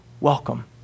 welcome